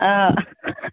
ओ